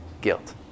guilt